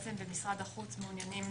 במשרד החוץ, מעוניינים